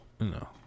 No